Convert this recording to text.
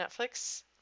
Netflix